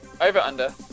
Over-under